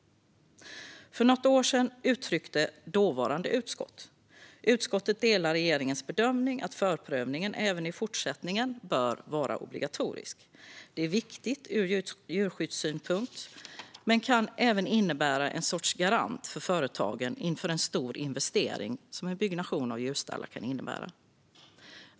För något år sedan uttryckte det dåvarande utskottet: Utskottet delar regeringens bedömning att förprövningen även i fortsättningen bör vara obligatorisk. Det är viktigt ur djurskyddssynpunkt men kan även innebära en sorts garant för företagen inför en stor investering som en byggnation av djurstallar kan innebära.